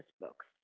books